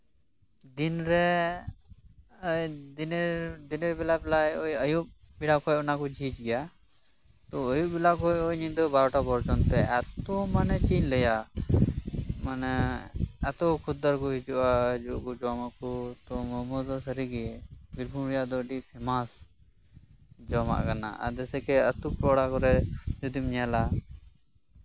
ᱫᱤᱱ ᱨᱮ ᱮᱭ ᱫᱤᱱᱮᱨ ᱵᱮᱞᱟ ᱯᱨᱟᱭ ᱟᱭᱩᱵ ᱵᱮᱲᱟ ᱠᱚ ᱚᱱᱟ ᱠᱚ ᱡᱷᱤᱡᱽ ᱜᱮᱭᱟ ᱛᱚ ᱟᱭᱩᱵ ᱵᱮᱞᱟ ᱠᱷᱚᱱ ᱧᱤᱫᱟᱹ ᱵᱟᱨᱚᱴᱟ ᱯᱚᱨᱡᱚᱱᱛᱚ ᱮᱛᱚ ᱢᱟᱱᱮ ᱪᱮᱫ ᱤᱧ ᱞᱟᱹᱭᱟ ᱢᱟᱱᱮ ᱮᱛᱚ ᱠᱷᱩᱫᱽᱫᱟᱨ ᱠᱚ ᱦᱤᱡᱩᱜᱼᱟ ᱦᱤᱡᱩᱜ ᱟᱠᱚ ᱡᱚᱢᱟᱠᱚ ᱛᱚ ᱢᱳᱢᱳ ᱫᱚ ᱥᱟ ᱨᱤ ᱜᱮ ᱵᱤᱨᱵᱷᱩᱢ ᱨᱮᱭᱟᱜ ᱫᱚ ᱟ ᱰᱤ ᱯᱷᱮᱢᱟᱥ ᱡᱚᱢᱟᱜ ᱠᱟᱱᱟ ᱡᱮᱭᱥᱮ ᱠᱮ ᱟᱛᱳ ᱯᱟᱲᱟ ᱠᱚᱨᱮ ᱡᱩᱫᱤᱢ ᱧᱮᱞᱟ